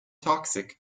toxic